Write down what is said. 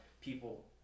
people